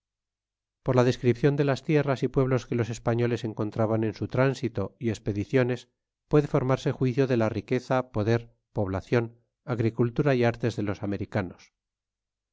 por la descripcion de las tierras y pueblos que los españoles encontraban en su tránsito y expediciones puede formarse juicio de la riqueza poder poblacion agricultura y artes de los americanos